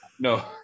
No